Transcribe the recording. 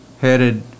headed